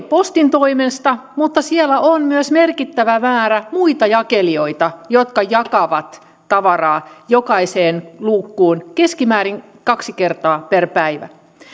postin toimesta vaan siellä on myös merkittävä määrä muita jakelijoita jotka jakavat tavaraa jokaiseen luukkuun keskimäärin kaksi kertaa per päivä